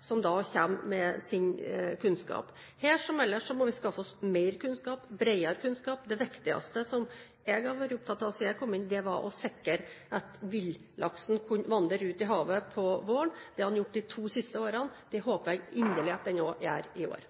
som kommer med sin kunnskap. Her som ellers må vi skaffe oss mer kunnskap og bredere kunnskap. Det viktigste jeg har vært opptatt av siden jeg kom inn, har vært å sikre at villaksen kan vandre ut i havet på våren. Det har den gjort de to siste årene. Det håper jeg inderlig den også gjør i år.